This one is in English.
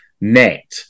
net